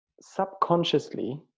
subconsciously